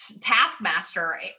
taskmaster